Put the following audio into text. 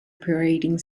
operating